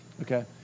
Okay